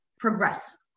progress